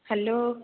hello